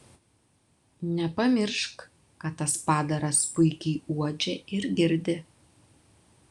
nepamiršk kad tas padaras puikiai uodžia ir girdi